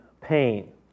pain